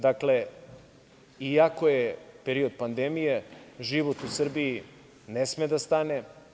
Dakle, iako je period pandemije, život u Srbiji ne sme da stane.